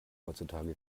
heutzutage